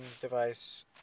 device